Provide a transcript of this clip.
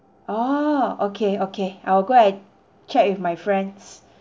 orh okay okay I'll go and check with my friends